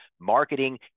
Marketing